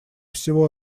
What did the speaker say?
всего